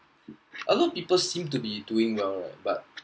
a lot people seem to be doing well right but